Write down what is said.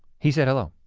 he said hello.